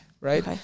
right